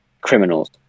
criminals